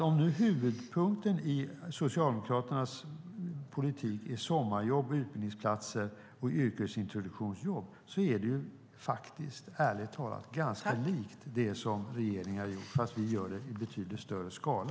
Om nu huvudpunkten i Socialdemokraternas politik är sommarjobb, utbildningsplatser och yrkesintroduktionsjobb är det, ärligt talat, ganska likt det som regeringen har gjort, fast vi gör det i betydligt större skala.